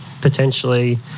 potentially